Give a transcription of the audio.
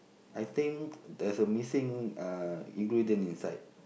I think there's a missing uh ingredient inside